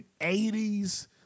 80s